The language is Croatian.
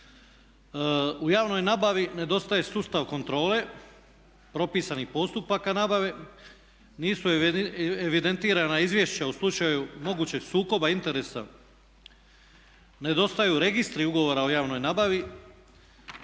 U javnoj nabavi nedostaje sustav kontrole propisanih postupaka nabave, nisu evidentirana izvješća u slučaju mogućeg sukoba interesa, nedostaju registri ugovora o javnoj nabavi